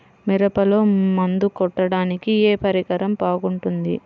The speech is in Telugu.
మిరపలో మందు కొట్టాడానికి ఏ పరికరం బాగుంటుంది?